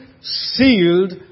sealed